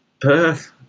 Perth